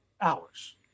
hours